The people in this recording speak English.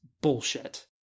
bullshit